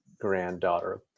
granddaughter